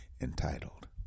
entitled